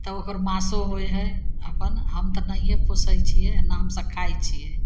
तब ओकर माँसो होइ हइ अपन हम तऽ नहिए पोसै छिए नहि हमसभ खाइ छिए